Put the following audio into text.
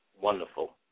wonderful